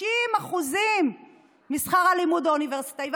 60% משכר הלימוד האוניברסיטאי.